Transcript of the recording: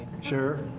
Sure